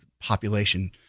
population